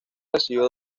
recibió